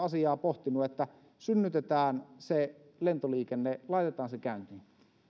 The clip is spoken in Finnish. on asiaa pohtinut että synnytetään se lentoliikenne laitetaan se käyntiin